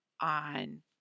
on